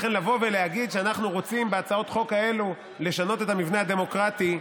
לכן לבוא ולהגיד שאנחנו רוצים בהצעות חוק האלה לשנות את המבנה הדמוקרטי,